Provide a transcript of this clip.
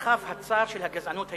במרחב הצר של הגזענות הישראלית,